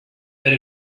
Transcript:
that